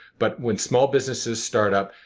but when small businesses start up,